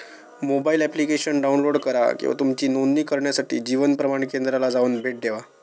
mobile application download करा किंवा तुमची नोंदणी करण्यासाठी जीवन प्रमाण केंद्राला जाऊन भेट देवा